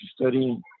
studying